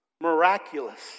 Miraculous